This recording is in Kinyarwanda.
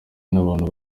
n’abantu